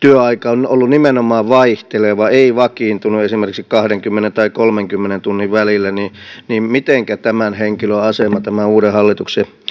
työaika on ollut nimenomaan vaihteleva ei vakiintunut esimerkiksi kaksikymmentä ja kolmenkymmenen tunnin välille niin mitenkä tämän henkilön asema tämän uuden hallituksen